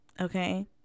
okay